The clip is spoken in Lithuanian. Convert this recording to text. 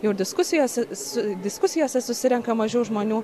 jau diskusijose su diskusijose susirenka mažiau žmonių